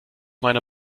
meiner